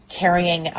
carrying